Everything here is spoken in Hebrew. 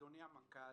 אדוני המנכ"ל,